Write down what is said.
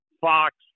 Fox